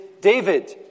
David